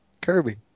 Kirby